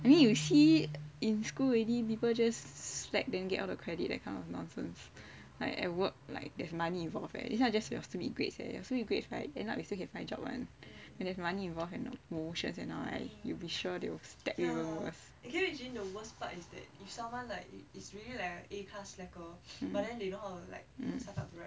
I mean you see in school already people just slack then get all the credit that kind of nonsense like at work like there's money involved eh this [one] not just your stupid grades eh your stupid grades end up you still can find job [one] and if there's money involved and all you will be sure they will stab you first